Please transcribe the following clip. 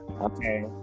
Okay